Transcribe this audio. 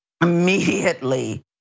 Immediately